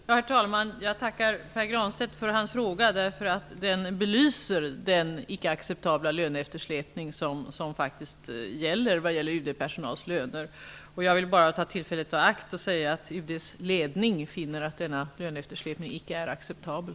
Herr talman! Jag tackar Pär Granstedt för hans fråga, därför att den belyser den icke acceptabla löneeftersläpning som faktiskt gäller för UD Jag vill bara ta tillfället i akt att säga att UD:s ledning finner att denna löneeftersläpning icke är acceptabel.